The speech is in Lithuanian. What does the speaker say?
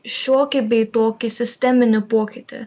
šiokį bei tokį sisteminį pokytį